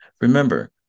remember